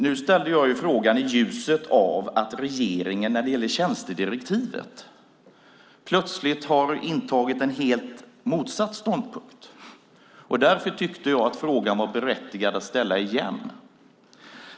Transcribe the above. Nu ställde jag frågan i ljuset av att regeringen när det gäller tjänstedirektivet plötsligt har intagit en helt motsatt ståndpunkt. Därför tyckte jag att frågan var berättigad att ställa igen.